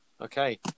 Okay